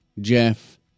jeff